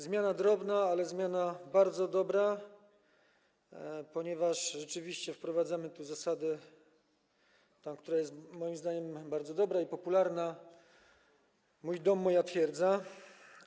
Zmiana drobna, ale zmiana bardzo dobra, ponieważ rzeczywiście wprowadzamy tu zasadę - tę, która jest, moim zdaniem, bardzo dobra i popularna - mój dom, moja twierdza.